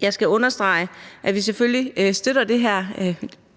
Jeg skal understrege, at vi selvfølgelig støtter det her